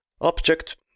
object